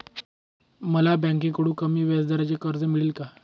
मला बँकेकडून कमी व्याजदराचे कर्ज मिळेल का?